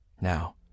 Now